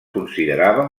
considerava